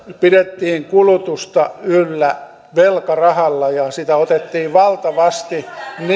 pidettiin kulutusta yllä velkarahalla ja sitä otettiin valtavasti